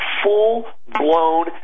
full-blown